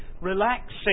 relaxing